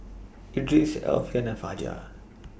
Idris Alfian and Fajar